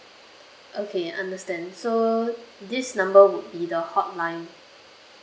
okay understand so this number would be the hotline